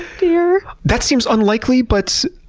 oh dear. that seems unlikely, but